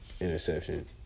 interception